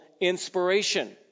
inspiration